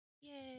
Yay